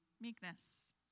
Meekness